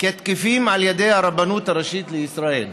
כתקפים על ידי הרבנות הראשית לישראל,